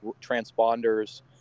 transponders